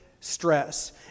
stress